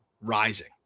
rising